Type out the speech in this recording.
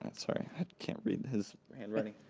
and sorry, i can't read his handwriting.